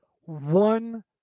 one